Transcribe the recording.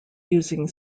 using